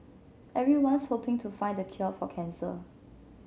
everyone's hoping to find the cure for cancer